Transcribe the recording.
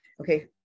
okay